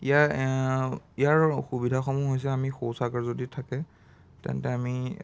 ইয়াৰ ইয়াৰ সুবিধাসমূহ হৈছে আমাৰ শৌচাগাৰ যদি থাকে তেন্তে আমি